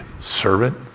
servant